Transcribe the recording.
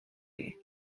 chi